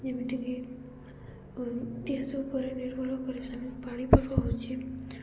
ଯେମିତିକି ଇତିହାସ ଉପରେ ନିର୍ଭର କରିଥାନ୍ତି ସେ ପାଣିପାଗ ହେଉଛି